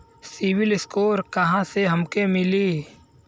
CIBIL score कहाँसे हमके मिली?